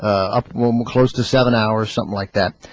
up home close to seven hours something like that